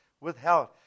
withheld